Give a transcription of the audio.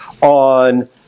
on